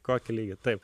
kokį lygį taip